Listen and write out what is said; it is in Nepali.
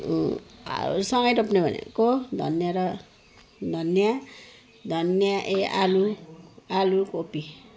सँगै रोप्ने भनेको धनियाँ र धनियाँ धनियाँ ए आलु आलु कोपी